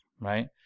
right